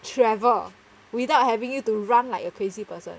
travel without having you to run like a crazy person